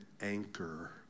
anchor